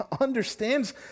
understands